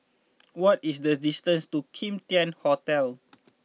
what is the distance to Kim Tian Hotel